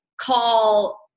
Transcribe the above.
call